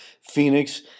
Phoenix